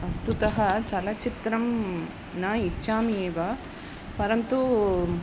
वस्तुतः चलचित्रं न इच्छामि एव परन्तु